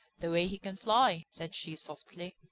the way he can fly, said she softly.